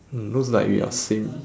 looks like we are same